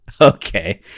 okay